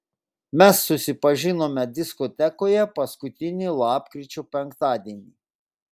mes susipažinome diskotekoje paskutinį lapkričio penktadienį